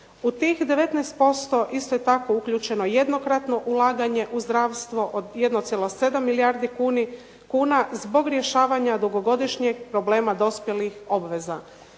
U tih 19% isto je tako uključeno jednokratno ulaganje u zdravstvo od 1,7 milijardi kuna zbog rješavanja dugogodišnjeg problema dospjelih obveza.